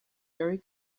very